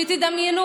שתדמיינו